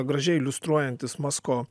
gražiai iliustruojantis masko